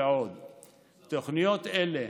תוכניות אלה,